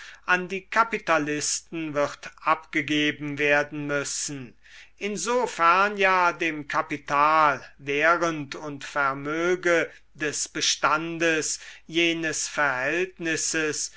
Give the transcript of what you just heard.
an die kapitalisten wird abgegeben werden müssen insofern ja dem kapital während und vermöge des bestandes jenes verhältnisses